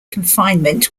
confinement